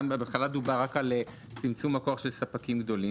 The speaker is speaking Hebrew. בהתחלה דובר רק על צמצום הכוח של ספקים גדולים